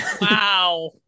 Wow